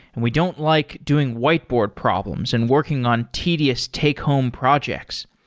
and we don't like doing whiteboard problems and working on tedious take home projects.